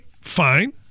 fine